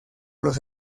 los